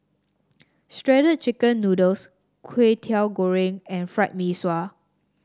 Shredded Chicken Noodles Kway Teow Goreng and Fried Mee Sua